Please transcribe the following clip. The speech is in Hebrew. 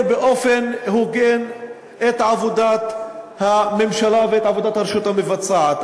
באופן הוגן את עבודת הממשלה ואת עבודת הרשות המבצעת.